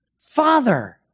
Father